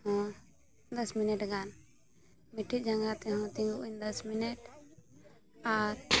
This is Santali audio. ᱦᱚᱸ ᱫᱚᱥ ᱢᱤᱱᱤᱴ ᱜᱟᱱ ᱢᱤᱴᱤᱡ ᱡᱟᱸᱜᱟ ᱛᱮᱦᱚᱸ ᱛᱤᱸᱜᱩᱜ ᱟᱹᱧ ᱫᱚᱥ ᱢᱤᱱᱤᱴ ᱟᱨ